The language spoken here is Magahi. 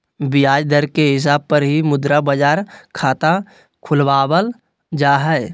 ब्याज दर के हिसाब पर ही मुद्रा बाजार खाता खुलवावल जा हय